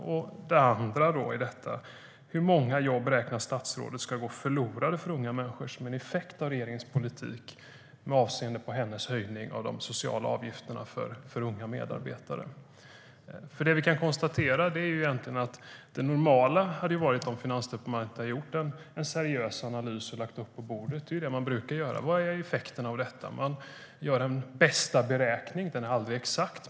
Min andra fråga var: Hur många jobb räknar statsrådet med ska gå förlorade för unga människor som en effekt av regeringens politik med avseende på hennes höjning av de sociala avgifterna för unga medarbetare? Det som vi kan konstatera är egentligen att det normala hade varit om Finansdepartementet hade gjort en seriös analys och lagt fram den på bordet. Det är det man brukar göra. Vad är effekten av detta? Man gör en bästa beräkning. Den är aldrig exakt.